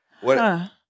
What-